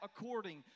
according